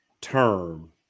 term